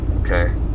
Okay